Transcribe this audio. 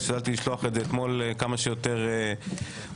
השתדלתי לשלוח את זה אתמול כמה שיותר מוקדם.